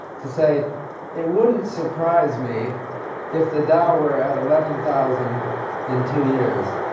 to say it wouldn't surprise me if the dow were at eleven thousand in two years.